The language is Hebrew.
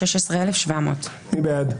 16,401 עד 16,420. מי בעד?